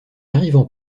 arrivant